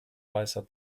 weißer